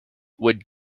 would